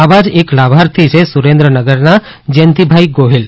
આવા જ એક લાભાર્થી છે સુરેન્દ્રનગરના જયંતીભાઇ ગોહિલ